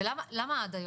ולמה עד היום,